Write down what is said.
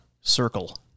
circle